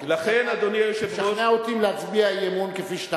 לשכנע אותי אם להצביע אי-אמון כפי שאתה